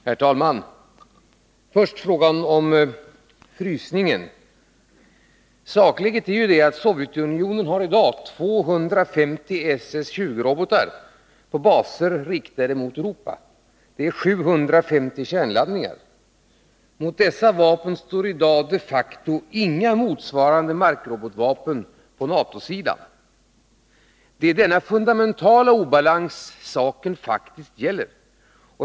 Herr talman! Jag vill först ta upp frågan om frysningen. Sakläget är ju att Sovjetunionen i dag har ca 250 SS 20-robotar på baser riktade mot Europa. Det är 750 kärnladdningar. Mot dessa vapen står i dag de facto inga motsvarande markrobotvapen på NATO-sidan. Det är denna fundamentala obalans saken faktiskt gäller.